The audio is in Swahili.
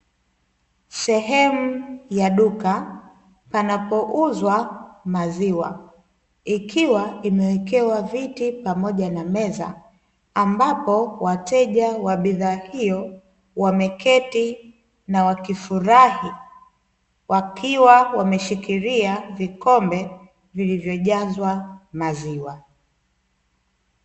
Sehemu ya duka, panapo uzwa maziwa ikiwa imewekewa viti pamoja na meza ambapo wateja wa bidhaa hio, wameketi na wakifurahi wakiwa wameshikilia vikombe vilivyojazwa maziwa.